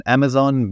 Amazon